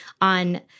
on